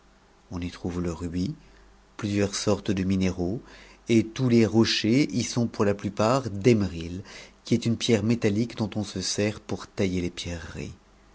ou y trouve le rubis plusieurs sortes de minéraux et tous les rochers sont pour la plupart d'émeri qui est une pierre métallique dont on se sert pour tailler les pierreries